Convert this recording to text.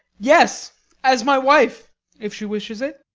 yes as my wife if she wishes it.